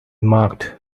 marked